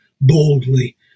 boldly